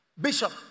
bishop